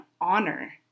honor